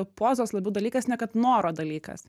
pozos labiau dalykas ne kad noro dalykas